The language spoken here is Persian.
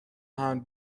حمل